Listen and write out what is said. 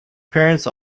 parents